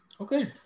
Okay